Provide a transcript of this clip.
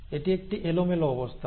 এটি একটি এলোমেলো অবস্থা